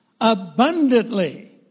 Abundantly